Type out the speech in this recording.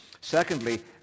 Secondly